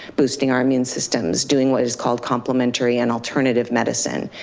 boosting our immune systems, doing what is called complementary and alternative medicine.